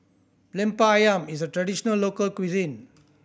Lemper Ayam is a traditional local cuisine